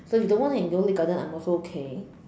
so if you don't want go Lei garden I am also okay